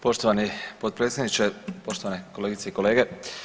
Poštovani potpredsjedniče, poštovane kolegice i kolege.